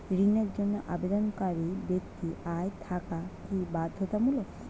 ঋণের জন্য আবেদনকারী ব্যক্তি আয় থাকা কি বাধ্যতামূলক?